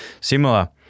similar